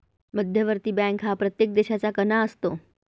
मध्यवर्ती बँक हा प्रत्येक देशाचा कणा असतो